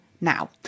now